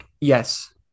Yes